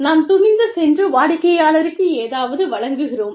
நாம் துணிந்து சென்று வாடிக்கையாளருக்கு ஏதாவது வழங்குகிறோம்